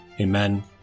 Amen